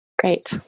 Great